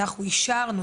אנחנו אישרנו,